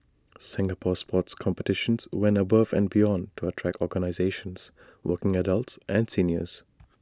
Singapore sports competitions went above and beyond to attract organisations working adults and seniors